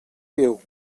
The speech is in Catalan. déu